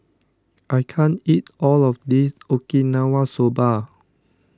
I can't eat all of this Okinawa Soba